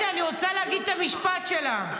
רגע, אני רוצה להגיד את המשפט שלה.